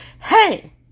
hey